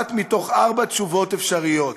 באחת מתוך ארבע תשובות אפשרויות: